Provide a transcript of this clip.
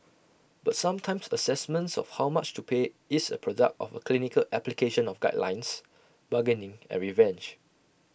but sometimes assessments of how much to pay is A product of A clinical application of guidelines bargaining and revenge